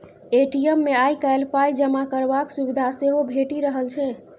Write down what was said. ATM मे आइ काल्हि पाइ जमा करबाक सुविधा सेहो भेटि रहल छै